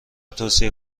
توصیه